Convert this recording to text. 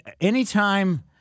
anytime